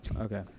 okay